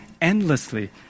endlessly